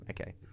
okay